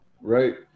right